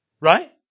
Right